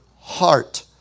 heart